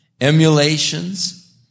emulations